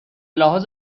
لحاظ